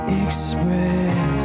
express